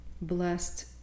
blessed